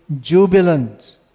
jubilant